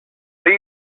are